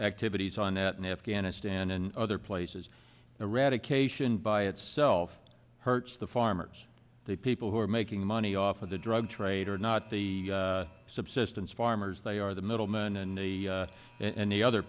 activities on net and afghanistan and other places eradication by itself hurts the farmers the people who are making money off of the drug trade are not the subsistence farmers they are the middlemen and the and the other